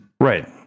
Right